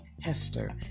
Hester